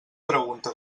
pregunta